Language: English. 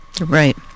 Right